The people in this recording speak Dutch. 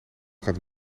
gaat